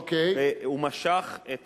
והוא משך את